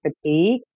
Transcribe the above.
fatigue